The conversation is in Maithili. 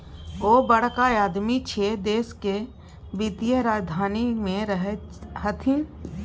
ओ बड़का आदमी छै देशक वित्तीय राजधानी मे रहैत छथि